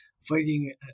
fighting